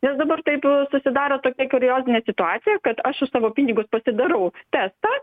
nes dabar taip susidaro tokia kuriozinė situacija kad aš už savo pinigus pasidarau testą